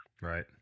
Right